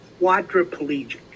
quadriplegic